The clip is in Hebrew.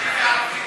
נתקבל.